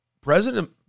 President